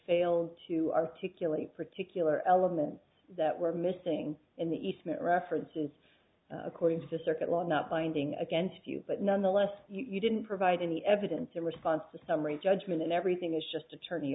fails to articulate particular elements that were missing in the eastment references according to circuit law not binding against you but nonetheless you didn't provide any evidence or response to summary judgment and everything is just attorney